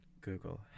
Google